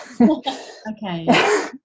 Okay